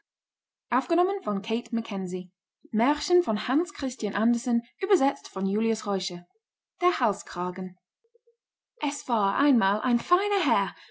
der halskragen es war einmal ein feiner herr